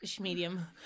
medium